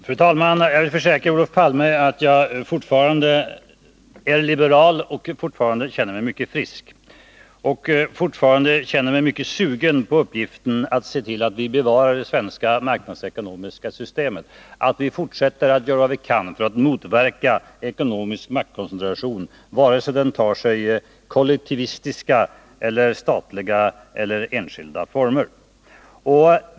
Fru talman! Jag vill försäkra Olof Palme att jag fortfarande är liberal, att jag fortfarande känner mig mycket frisk och mycket sugen på uppgiften att bevara det svenska marknadsekonomiska systemet, att fortsätta att göra vad vi kan för att motverka ekonomisk maktkoncentration i vare sig kollektivistiska, statliga eller enskilda former.